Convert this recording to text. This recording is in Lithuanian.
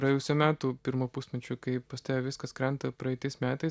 praėjusių metų pirmo pusmečio kai pas ta ve viskas krenta praeitais metais